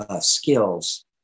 skills